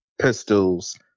pistols